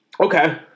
Okay